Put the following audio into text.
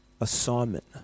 assignment